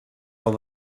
all